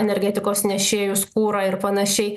energetikos nešėjus kurą ir panašiai